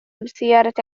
بالسيارة